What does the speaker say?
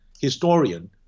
historian